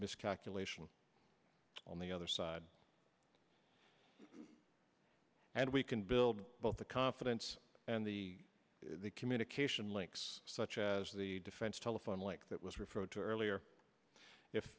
miscalculation on the other side and we can build both the confidence and the communication links such as the defense telephone like that was referred to earlier if